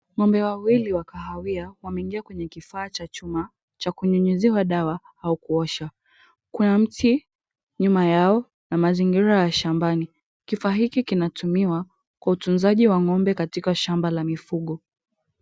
Ng'ombe wawili wa kahawia wameingia kwenye kifaa cha chuma cha kunyunyuziwa dawa au kuoshwa. Kuna mti nyuma yao na mazingira ya shambani. Kifaa hiki kinatumiwa kwa utunzaji wa ng'ombe katika shamba la mifugo.